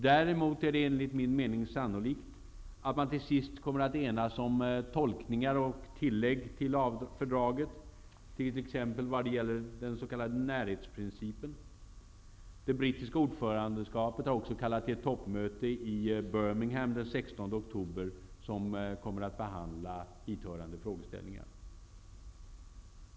Däremot är det enligt min mening sannolikt att man till sist kommer att enas om tolkningar av och tillägg till fördraget, t.ex. vad gäller den s.k. närhetsprincipen. Storbritannien, som har ordförandeskapet, har kallat till ett extra toppmöte i Birmingham den 16 oktober, då man kommer att behandla dithörande frågeställningar.